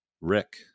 rick